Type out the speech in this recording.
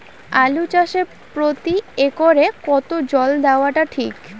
আলু চাষে প্রতি একরে কতো জল দেওয়া টা ঠিক?